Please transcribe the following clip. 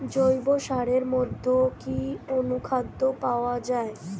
জৈব সারের মধ্যে কি অনুখাদ্য পাওয়া যায়?